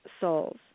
Souls